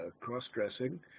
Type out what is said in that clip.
cross-dressing